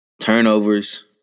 Turnovers